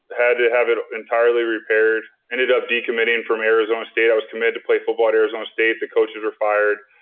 had to have it entirely repaired ended up decommitting from arizona state. i was committed to play football at arizona state, the coaches were fired.